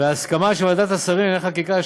וההסכמה של ועדת השרים לענייני חקיקה,